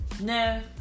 No